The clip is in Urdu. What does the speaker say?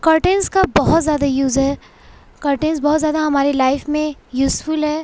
کرٹنس کا بہت زیادہ یوز ہے کرٹنس بہت زیادہ ہمارے لائف میں یوزفل ہے